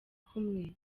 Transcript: kumwe